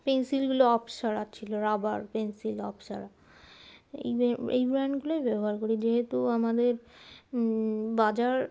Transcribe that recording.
পেন্সিলগুলো অপ্সরার ছিল rubber pencil Apsara এই ব্র্যান্ড এই ব্র্যান্ডগুলোই ব্যবহার করি যেহেতু আমাদের বাজার